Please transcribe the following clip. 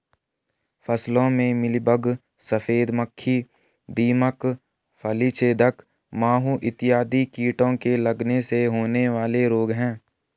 फसलों में मिलीबग, सफेद मक्खी, दीमक, फली छेदक माहू इत्यादि कीटों के लगने से होने वाले रोग हैं